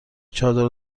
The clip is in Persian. چادر